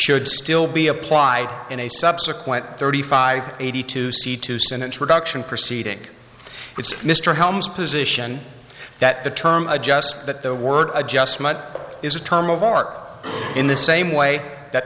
should still be applied in a subsequent thirty five eighty two c tousen introduction proceeding it's mr holmes position that the term adjust that the word adjustment is a term of art in the same way that